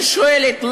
אני שואלת,